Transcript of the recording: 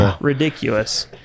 Ridiculous